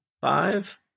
five